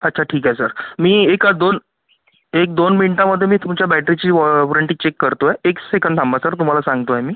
अच्छा ठीक आहे सर मी एखाद दोन एक दोन मिनटामध्ये मी तुमच्या बॅटरीची वॉ वॉरंटी चेक करतो आहे एक सेकंद थांबा सर तुम्हाला सांगतो आहे मी